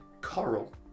coral